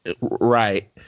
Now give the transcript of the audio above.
Right